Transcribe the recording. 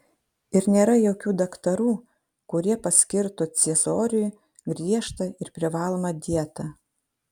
ir nėra jokių daktarų kurie paskirtų ciesoriui griežtą ir privalomą dietą